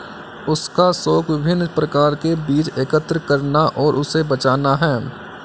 उसका शौक विभिन्न प्रकार के बीज एकत्र करना और उसे बचाना है